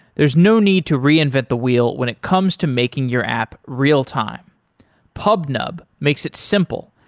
there's no need to reinvent the wheel when it comes to making your app real-time pubnub makes it simple,